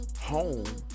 home